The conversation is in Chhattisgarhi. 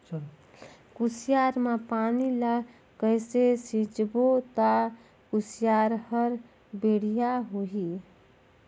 कुसियार मा पानी ला कइसे सिंचबो ता कुसियार हर बेडिया होही?